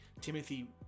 Timothy